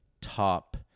top